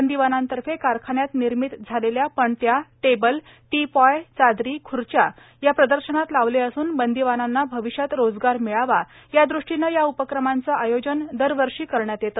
बंदिवाना तर्फे कारखान्यात निर्मित झालेल्या पणत्या टेबल टी पोंय बेडशीट्स खुर्च्या या प्रदर्शनात लावले असून बंदिवानांना भविष्यात रोजगार मिळावा यादृष्टीने या उपक्रमाचे आयोजन दरवर्षी करण्यात येते